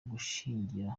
gushyingira